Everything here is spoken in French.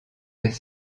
des